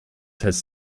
has